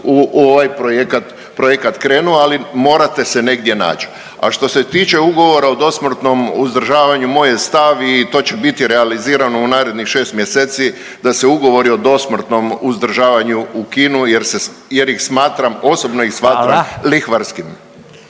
projekat, projekat krenuo, ali morate se negdje nać. A što se tiče Ugovora o dosmrtnom uzdržavanju moj je stav i to će biti realizirano u narednih 6 mjeseci da se Ugovori o dosmrtnom uzdržavanju ukinu jer ih smatram, osobno ih smatram lihvarskim.